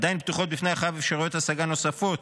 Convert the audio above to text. עדיין פתוחות בפני החייב אפשרויות השגה נוספות